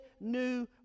new